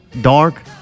Dark